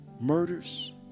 murders